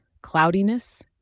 cloudiness